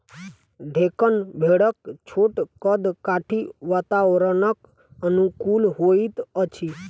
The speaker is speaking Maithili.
डेक्कन भेड़क छोट कद काठी वातावरणक अनुकूल होइत अछि